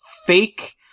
fake